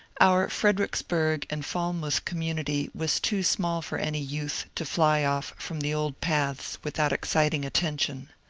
our fredericksburg and falmouth oommunity was too small for any youth to fly off from the old paths without ex citing attention.